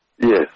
yes